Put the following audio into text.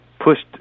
pushed